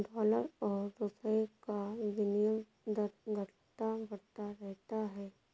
dollar और रूपए का विनियम दर घटता बढ़ता रहता है